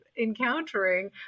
encountering